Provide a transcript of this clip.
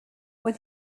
when